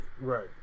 Right